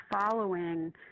following